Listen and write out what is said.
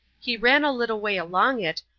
he ran a little way along it,